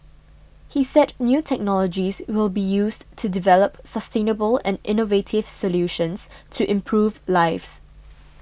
he said new technologies will be used to develop sustainable and innovative solutions to improve lives